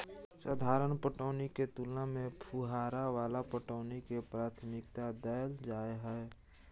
साधारण पटौनी के तुलना में फुहारा वाला पटौनी के प्राथमिकता दैल जाय हय